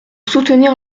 soutenir